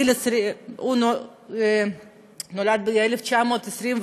הוא נולד ב-1921.